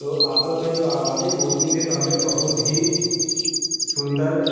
तो आपस में जो आवाजें बोलती थी तो हमें बहुत ही सुन्दर